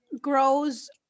grows